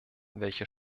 welche